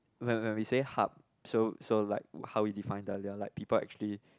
when when we say hub so so like how we define the they are like people actually